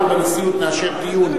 אנחנו בנשיאות נאשר דיון,